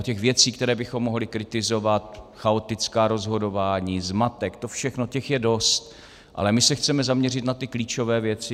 Těch věcí, které bychom mohli kritizovat chaotická rozhodování, zmatek, to všechno , je dost, ale my se chceme zaměřit na klíčové věci.